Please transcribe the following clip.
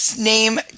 name